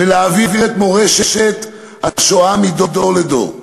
להעביר את מורשת השואה מדור לדור.